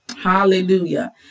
Hallelujah